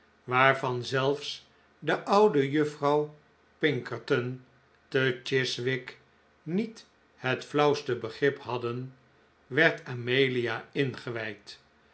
waarvan zelfs de oude juffrouw pinkerton te chiswick niet het flauwste begrip hadden werd amelia ingewijd